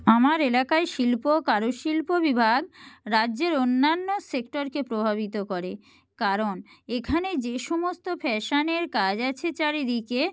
আমার এলাকায় শিল্প কারু শিল্প বিভাগ রাজ্যের অন্যান্য সেক্টরকে প্রভাবিত করে কারণ এখানে যে সমস্ত ফ্যাশানের কাজ আছে চারদিকে